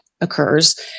occurs